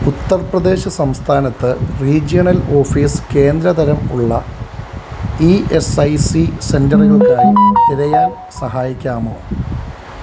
ഉത്തർ പ്രദേശ് സംസ്ഥാനത്ത് regional office കേന്ദ്ര തരം ഉള്ള ഇ എസ് ഐ സി സെൻററുകൾക്കായി തിരയാൻ സഹായിക്കാമോ